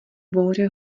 bouře